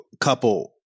couple